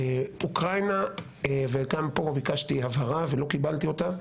אוקראינה, וגם פה ביקשתי הבהרה ולא קיבלתי אותה,